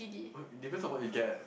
it depends on what you get